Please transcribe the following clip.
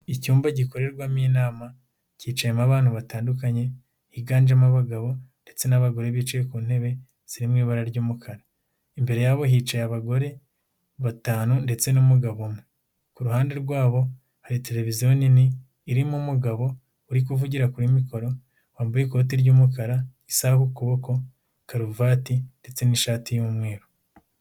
Icyumba gikorerwamo inama kicayemo abana batandukanye, higanjemo abagabo ndetse n'abagore bicaye ku ntebe ziri mu ibara ry'umukara, imbere yabo hicaye abagore batanu ndetse n'umugabo umwe, ku ruhande rwabo hari televiziyo nini irimo umugabo uri kuvugira kuri mikoro wambaye ikoti ry'umukara, isaha ku kuboko, karuvati ndetse n'ishati y'umweru.